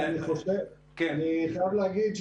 אני חייב להגיד,